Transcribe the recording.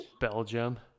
Belgium